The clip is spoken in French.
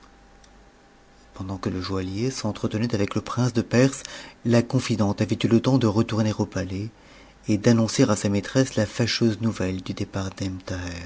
pendant que le joaillier s'entretenait avec le prince de perse la confi ente avait eu le temps de retourner au palais et d'annoncer à sa maitresse la lâcheuse nouvelle du départ